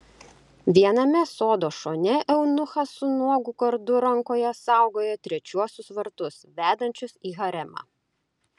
viename sodo šone eunuchas su nuogu kardu rankoje saugojo trečiuosius vartus vedančius į haremą